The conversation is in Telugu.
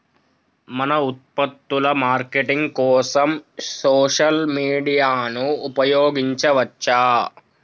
మన ఉత్పత్తుల మార్కెటింగ్ కోసం సోషల్ మీడియాను ఉపయోగించవచ్చా?